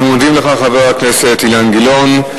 אנחנו מודים לך, חבר הכנסת אילן גילאון.